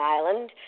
Island